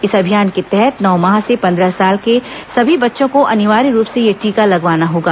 इस अभियान के तहत नौ माह से पन्द्रह साल के सभी बच्चों को अनिवार्य रूप से यह टीका लगवाना होगा